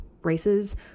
races